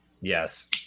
Yes